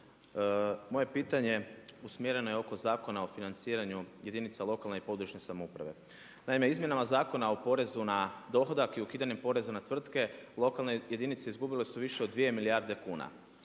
Moje pitanje usmjereno je oko Zakona o financiranju jedinice lokalne (regionalne) i područne samouprave. Naime, izmjenama Zakona o porezu na dohodak i ukidanjem poreza na tvrtke, lokalne jedinice izgubile su više od dvije milijarde kuna.